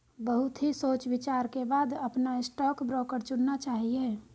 बहुत ही सोच विचार के बाद अपना स्टॉक ब्रोकर चुनना चाहिए